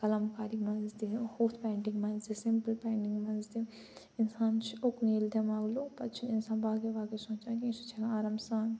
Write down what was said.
قلم کاری مَنٛز تہِ ہُتھ پینٹِنٛگ مَنٛز تہِ سِمپٕل پینٹِنٛگ مَنٛز تہِ اِنسان چھُ اُکنُے ییٚلہِ دٮ۪ماغ لوٚگ پَتہٕ چھُنہٕ اِنسان باقٕے باقٕے سونٛچان کِہیٖنۍ سُہ چھُ ہٮ۪کان آرام سان